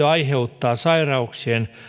aiheuttaa sairauksien